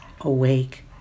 awake